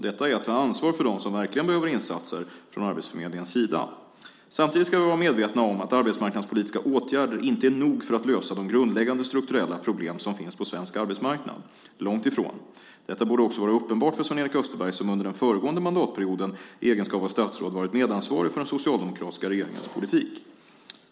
Detta är att ta ansvar för dem som verkligen behöver insatser från arbetsförmedlingens sida. Samtidigt ska vi vara medvetna om att arbetsmarknadspolitiska åtgärder inte är nog för att lösa de grundläggande strukturella problem som finns på svensk arbetsmarknad, långt ifrån. Detta borde också vara uppenbart för Sven-Erik Österberg, som under den föregående mandatperioden i egenskap av statsråd varit medansvarig för den socialdemokratiska regeringens politik.